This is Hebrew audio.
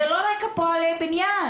זה לא רק פועלי הבניין.